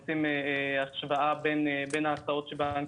נביא להצבעה לקראת סוף השבוע.